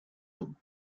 donc